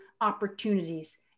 opportunities